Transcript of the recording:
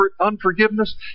unforgiveness